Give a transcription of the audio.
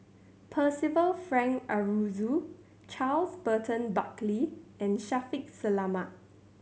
Percival Frank Aroozoo Charles Burton Buckley and Shaffiq Selamat